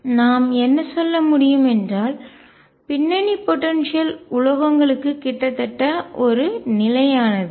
எனவே நாம் என்ன சொல்ல முடியும் என்றால் பின்னணி போடன்சியல் ஆற்றல் உலோகங்களுக்கு கிட்டத்தட்ட ஒரு நிலையானது